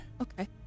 Okay